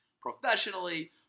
Professionally